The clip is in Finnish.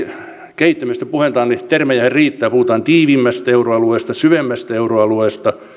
kehittämisestä puhutaan niin termejähän riittää puhutaan tiiviimmästä euroalueesta syvemmästä euroalueesta